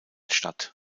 statt